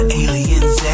aliens